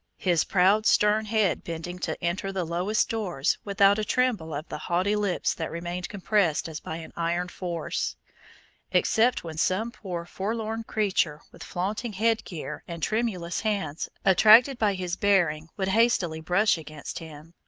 his proud stern head bending to enter the lowest doors without a tremble of the haughty lips that remained compressed as by an iron force except when some poor forlorn creature with flaunting head-gear, and tremulous hands, attracted by his bearing would hastily brush against him,